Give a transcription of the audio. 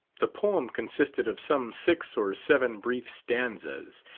the poem consisted of some six or seven brief stanzas.